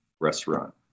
restaurant